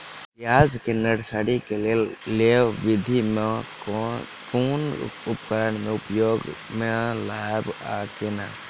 प्याज केँ नर्सरी केँ लेल लेव विधि म केँ कुन उपकरण केँ हम उपयोग म लाब आ केना?